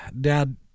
Dad